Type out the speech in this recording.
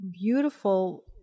beautiful